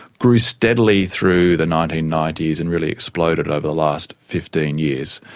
grew steadily through the nineteen ninety s and really exploded over the last fifteen years.